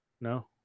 No